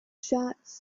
shots